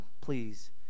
please